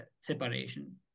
separation